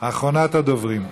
אחרונת הדוברים.